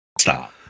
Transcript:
Stop